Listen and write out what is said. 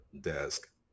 desk